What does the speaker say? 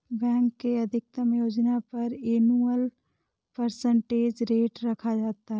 bank के अधिकतम योजना पर एनुअल परसेंटेज रेट रखा जाता है